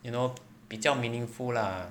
you know 比较 meaningful lah